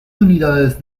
unidades